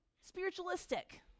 spiritualistic